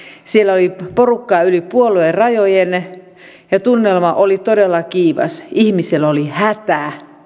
siellä oli porukkaa yli puoluerajojen ja tunnelma oli todella kiivas ihmisillä oli hätä